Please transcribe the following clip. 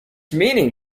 meaning